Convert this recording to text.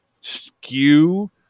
skew